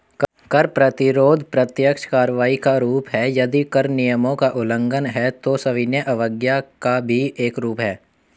कर प्रतिरोध प्रत्यक्ष कार्रवाई का रूप है, यदि कर नियमों का उल्लंघन है, तो सविनय अवज्ञा का भी एक रूप है